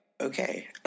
Okay